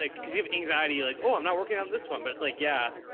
like cause you have anxiety, like, oh, i'm not working on this one, but it's like, yeah,